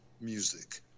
music